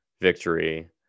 victory